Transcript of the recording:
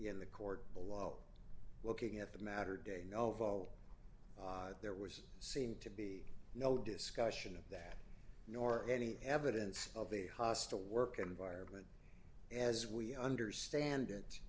in the court below looking at the matter de novo there was seemed to be no discussion of that nor any evidence of a hostile work environment as we understand it